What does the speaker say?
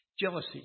Jealousy